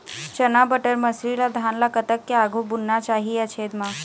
चना बटर मसरी ला धान ला कतक के आघु बुनना चाही या छेद मां?